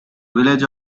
village